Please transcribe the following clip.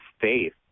faith